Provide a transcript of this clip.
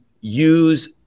use